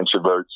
introverts